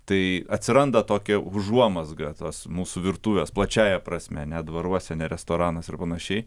tai atsiranda tokia užuomazga tos mūsų virtuvės plačiąja prasme ne dvaruose ne restoranas ir panašiai